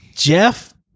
Jeff